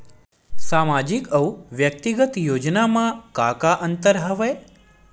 सामाजिक अउ व्यक्तिगत योजना म का का अंतर हवय?